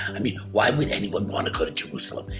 i mean, why would anyone wanna go to jerusalem?